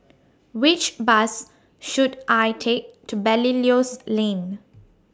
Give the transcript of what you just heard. Which Bus should I Take to Belilios Lane